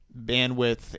bandwidth